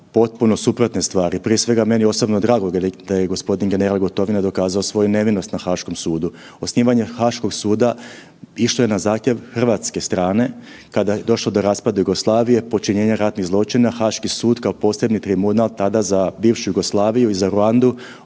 potpuno suprotne stvari. Prije svega meni je osobno drago da je gospodin general Gotovina dokazao svoju nevinost na Haškom sudu. Osnivanje Haškog suda išlo je na zahtjev hrvatske strane kada je došlo do raspada Jugoslavije, počinjenja ratnih zločina, Haški sud kao posebni tribunal tada za bivšu Jugoslaviju i za Ruandu